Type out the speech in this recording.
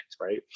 right